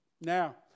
Now